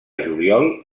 juliol